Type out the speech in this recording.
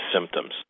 symptoms